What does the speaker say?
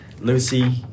Lucy